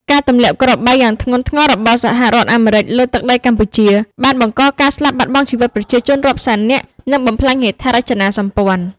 ការទម្លាក់គ្រាប់បែកយ៉ាងធ្ងន់ធ្ងររបស់អាមេរិកលើទឹកដីកម្ពុជា បានបង្កការស្លាប់បាត់បង់ជីវិតប្រជាជនរាប់សែននាក់ និងបំផ្លាញហេដ្ឋារចនាសម្ព័ន្ធ។